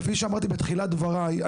כפי שאמרתי בתחילת דבריי,